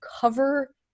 cover